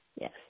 Yes